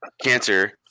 cancer